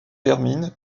termine